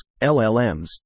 LLMs